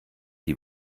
die